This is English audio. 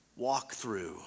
walkthrough